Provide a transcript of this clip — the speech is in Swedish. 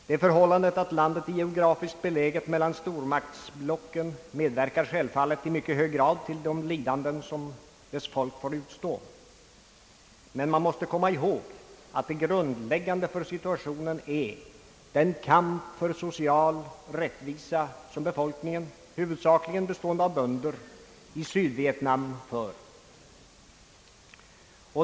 Det förhållandet att landet geografiskt är beläget mellan stormaktsblocken medverkar självfallet i mycket hög grad till de lidanden som dess folk får utstå, men man måste komma ihåg att det grundläggande för situationen är den kamp för social rättvisa som befolkningen, huvudsakligen bestående av bönder, i Sydvietnam för.